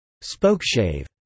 Spokeshave